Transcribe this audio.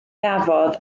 gafodd